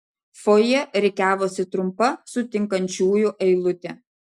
fojė rikiavosi trumpa sutinkančiųjų eilutė